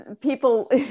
People